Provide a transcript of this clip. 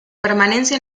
permanencia